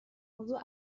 موضوع